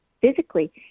physically